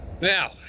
Now